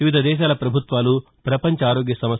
వివిధ దేశాల పభుత్వాలు ప్రపంచ ఆరోగ్య సంస్థ